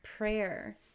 prayer